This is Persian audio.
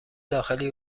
داخلی